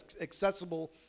accessible